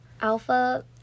alpha